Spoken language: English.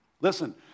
Listen